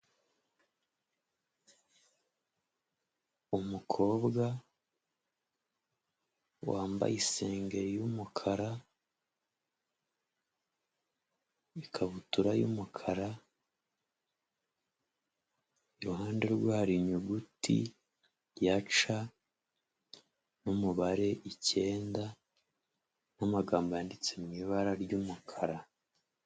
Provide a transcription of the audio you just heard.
Umukobwa, wambaye isengeri y'umukara, ikabutura y'umukara, iruhande rwe hari inyuguti ya c n'umubare icyenda, n'amagambo yanditse mu ibara ry'umukara.